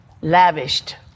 Lavished